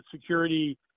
security